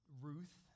Ruth